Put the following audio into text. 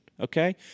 okay